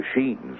machines